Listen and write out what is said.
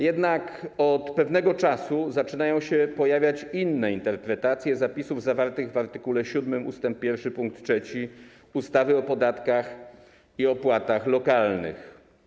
Jednak od pewnego czasu zaczynają się pojawiać inne interpretacje zapisów zawartych w art. 7 ust. 1 pkt 3 ustawy o podatkach i opłatach lokalnych.